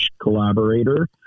collaborator